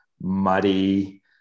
muddy